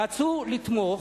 רצו לתמוך,